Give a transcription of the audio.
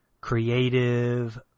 creative